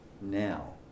now